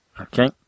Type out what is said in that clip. okay